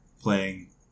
playing